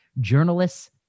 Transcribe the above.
journalists